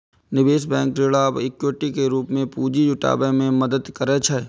निवेश बैंक ऋण आ इक्विटी के रूप मे पूंजी जुटाबै मे मदति करै छै